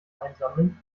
einsammeln